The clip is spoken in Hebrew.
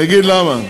ואגיד למה.